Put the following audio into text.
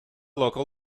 local